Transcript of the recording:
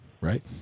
Right